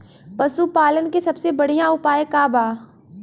पशु पालन के सबसे बढ़ियां उपाय का बा?